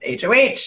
hoh